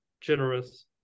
generous